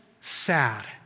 Sad